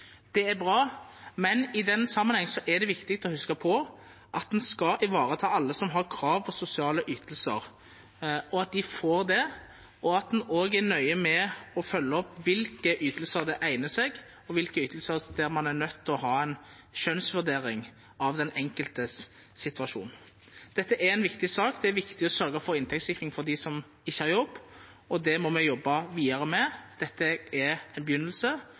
Det er bra, men i denne sammenheng er det viktig å huske på at en skal ivareta alle som har krav på sosiale ytelser, at de får det, og at en også er nøye med å følge opp hvilke ytelser som egner seg, og hvilke ytelser man er nødt til å foreta en skjønnsmessig vurdering av den enkeltes situasjon. Dette er en viktig sak. Det er viktig å sørge for inntektssikring for dem som ikke har jobb, og det må vi jobbe videre med. Dette er en begynnelse,